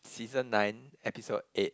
season nine episode eight